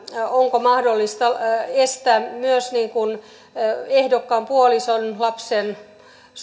onko mahdollista estää myös ehdokkaan puolison lapsen